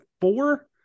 four